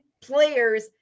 players